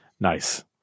Nice